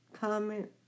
comment